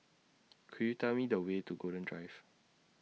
Could YOU Tell Me The Way to Golden Drive